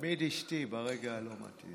לא, תמיד אשתי ברגע הלא-מתאים.